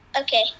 Okay